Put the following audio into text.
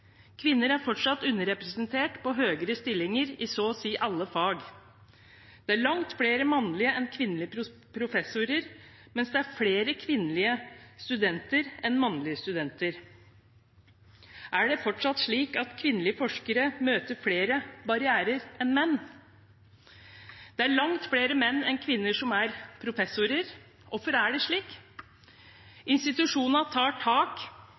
Kvinner er fortsatt underrepresentert i høyere stillinger i så å si alle fag. Det er langt flere mannlige enn kvinnelige professorer, mens det er flere kvinnelige studenter enn mannlige studenter. Er det fortsatt slik at kvinnelige forskere møter flere barrierer enn menn? Det er langt flere menn enn kvinner som er professorer. Hvorfor er det slik? Institusjonene tar tak